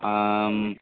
आं